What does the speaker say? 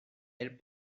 elles